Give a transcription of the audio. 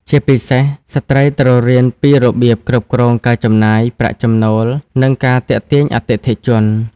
ជាពិសេស ស្ត្រីត្រូវរៀនពីរបៀបគ្រប់គ្រងការចំណាយ ប្រាក់ចំណូល និងការទាក់ទាញអតិថិជន។